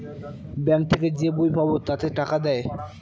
bank থেকে যে বই পাবো তাতে টাকা দেয়